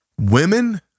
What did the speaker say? Women